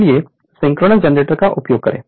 power plant के लिए synchronous generator का उपयोग करें